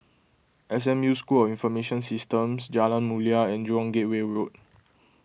S M U School of Information Systems Jalan Mulia and Jurong Gateway Road